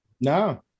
No